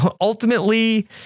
ultimately